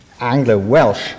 Anglo-Welsh